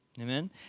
Amen